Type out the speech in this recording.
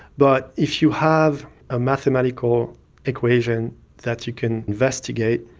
but if you have a mathematical equation that you can investigate,